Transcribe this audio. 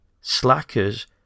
slackers